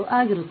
ಆಗಿರುತ್ತದೆ